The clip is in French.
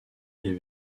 les